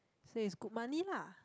say is good money lah